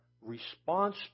Response